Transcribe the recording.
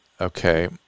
okay